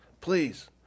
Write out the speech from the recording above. Please